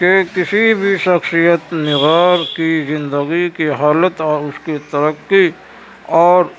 کہ کسی بھی شخصیت نگار کی زندگی کی حالت اور اس کی ترقی اور